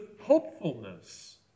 hopefulness